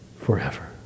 forever